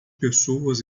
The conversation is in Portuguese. pessoas